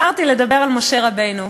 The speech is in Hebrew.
אני בחרתי לדבר על משה רבנו,